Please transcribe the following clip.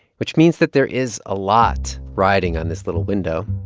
which means that there is a lot riding on this little window,